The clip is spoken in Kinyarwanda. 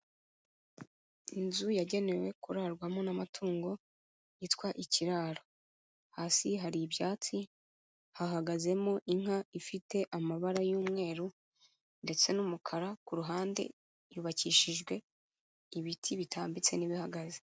Inzu yagenewe kurarwamo n'amatungo yitwa ikiraro, hasi hari ibyatsi hahagazemo inka ifite amabara y'umweru ndetse n'umukara ku ruhande yubakishijwe ibiti bitambitse n'ibihagaze.